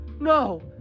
no